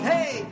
Hey